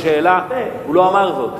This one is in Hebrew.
הוא לא אמר זאת.